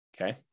okay